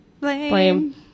Blame